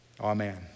Amen